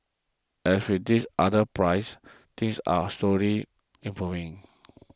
as with this other pries things are slowly improving